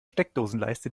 steckdosenleiste